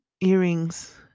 earrings